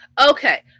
okay